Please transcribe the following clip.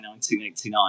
1989